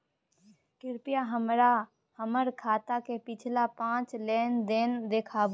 कृपया हमरा हमर खाता से पिछला पांच लेन देन देखाबु